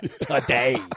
today